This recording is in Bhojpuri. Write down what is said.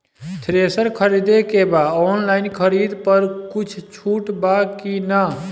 थ्रेसर खरीदे के बा ऑनलाइन खरीद पर कुछ छूट बा कि न?